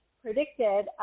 predicted